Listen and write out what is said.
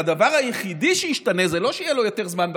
והדבר היחיד שישתנה זה לא שיהיה לו יותר זמן בכנסת,